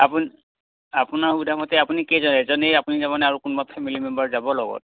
আপুনি আপোনাক সোধা মতে আপুনি কেইজন এজনেই আপুনি যাব নে আৰু কোনোবা ফেমিলি মেম্বাৰ যাব লগত